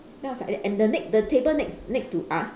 then I was like and the ne~ the table next next to us